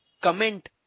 comment